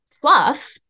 fluff